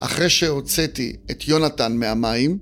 אחרי שהוצאתי את יונתן מהמים